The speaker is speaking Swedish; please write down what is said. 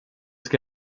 ska